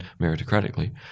meritocratically